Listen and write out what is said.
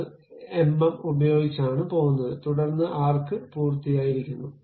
ഞങ്ങൾ എംഎം ഉപയോഗിച്ചാണ് പോകുന്നത് തുടർന്ന് ആർക്ക് പൂർത്തിയായിയിരിക്കുന്നു